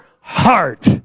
heart